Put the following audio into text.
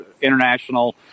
international